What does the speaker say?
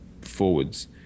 forwards